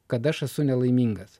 kad aš esu nelaimingas